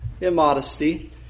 immodesty